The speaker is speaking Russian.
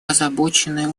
озабочены